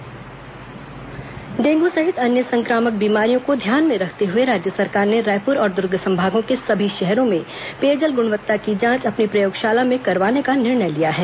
पेयजल गुणवत्ता जांच डेंगू सहित अन्य संक्रामक बीमारियों को ध्यान में रखते हुए राज्य सरकार ने रायपुर और दुर्ग संभागों के सभी शहरों में पेयजल गुणवत्ता की जांच अपनी प्रयोगशाला में करवाने का निर्णय लिया है